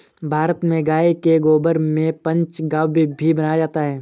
भारत में गाय के गोबर से पंचगव्य भी बनाया जाता है